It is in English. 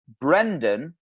Brendan